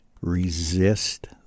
resist